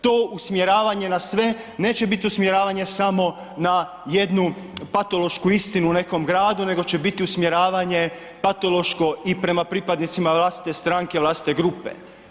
To usmjeravanje na sve neće biti usmjeravanje samo na jednu patološku istinu u nekom gradu, nego će biti usmjeravanje patološko i prema pripadnicima vlastite stranke, vlastite grupe.